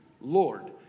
Lord